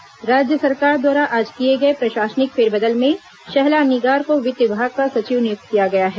फेरबदल राज्य सरकार द्वारा आज किए गए प्रशासनिक फेरबदल में शहला निगार को वित्त विभाग का सचिव नियुक्त किया गया है